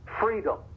freedom